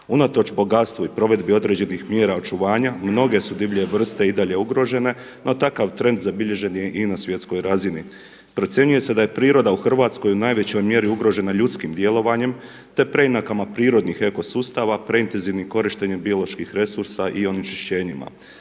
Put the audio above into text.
Unatoč bogatstvu i provedbi određenih mjera očuvanja mnoge su divlje vrste i dalje ugrožene no takav trend zabilježen je i na svjetskoj razini. Procjenjuje se da je priroda u Hrvatskoj u najvećoj mjeri ugrožena ljudskim djelovanjem te preinakama prirodnih eko sustava, preintenzivnim korištenjem biološkim resursa i onečišćenjima.